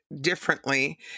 differently